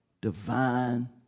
divine